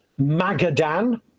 Magadan